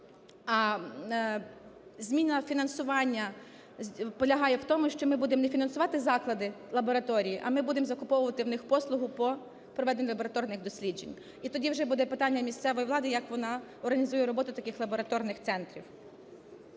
А зміна фінансування полягає в тому, що ми будемо не фінансувати заклади лабораторій, а ми будемо закуповувати в них послугу по проведенню лабораторних досліджень, і тоді вже буде питання місцевої влади, як вона організує роботу таких лабораторних центрів.